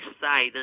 side